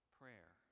prayer